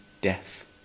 death